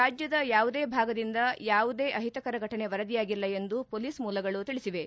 ರಾಜ್ಯದ ಯಾವುದೇ ಭಾಗದಿಂದ ಯಾವುದೇ ಅಹಿತಕರ ಫಟನೆ ವರದಿಯಾಗಿಲ್ಲ ಎಂದು ಹೊಲೀಸ್ ಮೂಲಗಳು ತಿಳಿಸಿವೆ